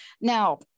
now